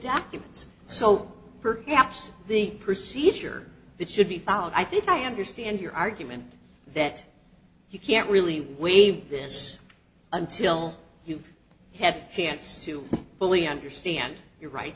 documents so perhaps the procedure that should be followed i think i understand your argument that you can't really waive this until you've had a chance to fully understand your rights